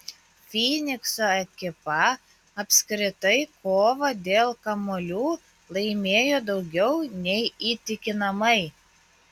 fynikso ekipa apskritai kovą dėl kamuolių laimėjo daugiau nei įtikinamai